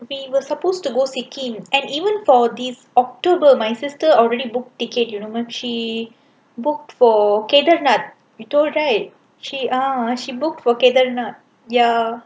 we were supposed to go sikkim and even for this october my sister already book ticket you know but she booked for karnataka right she ah she booked for karnataka ya